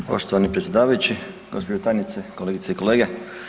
Poštovani predsjedavajući, gđo. tajnice, kolegice i kolege.